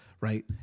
right